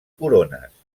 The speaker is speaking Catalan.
corones